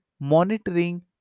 monitoring